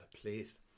please